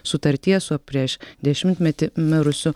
sutarties su prieš dešimtmetį mirusiu